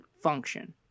function